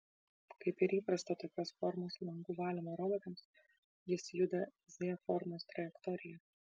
kaip ir įprasta tokios formos langų valymo robotams jis juda z formos trajektorija